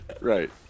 Right